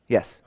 Yes